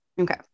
Okay